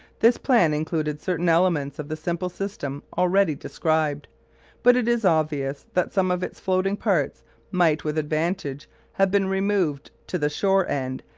this plan included certain elements of the simple system already described but it is obvious that some of its floating parts might with advantage have been removed to the shore end,